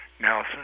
Nelson